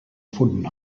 gefunden